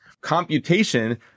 computation